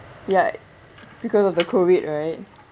ya because of the COVID right